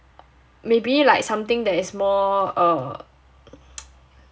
maybe like something that is more err